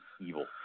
evil